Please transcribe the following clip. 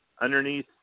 underneath